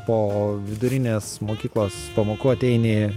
po vidurinės mokyklos pamokų ateini